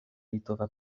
litova